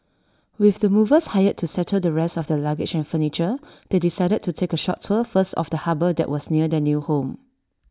with the movers hired to settle the rest of their luggage and furniture they decided to take A short tour first of the harbour that was near their new home